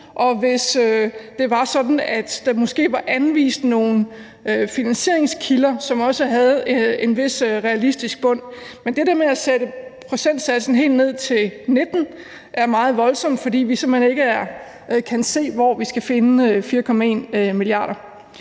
og hvis det var sådan, at der måske var anvist nogle finansieringskilder, som også havde en vis realistisk bund. Men det der med at sætte procentsatsen helt ned til 19 er meget voldsomt, fordi vi simpelt hen ikke kan se, hvor vi skal finde 4,1 mia. kr.